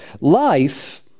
Life